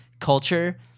culture